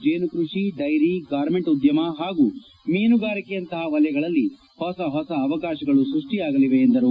ಜೀನು ಕೃಷಿ dairy garment ಉದ್ಲಮ ಹಾಗೂ ಮೀನುಗಾರಿಕೆಯಂತಹ ವಲಯಗಳಲ್ಲಿ ಹೊಸ ಹೊಸ ಅವಕಾಶಗಳು ಸ್ಪಷಿಯಾಗಲಿವೆ ಎಂದರು